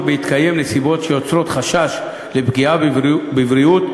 בהתקיים נסיבות שיוצרות חשש לפגיעה בבריאות,